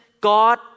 God